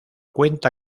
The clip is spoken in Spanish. cuenta